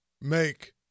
make